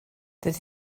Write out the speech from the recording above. dydy